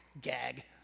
Gag